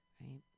right